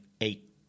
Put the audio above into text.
Eight